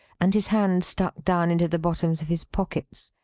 and his hands stuck down into the bottoms of his pockets,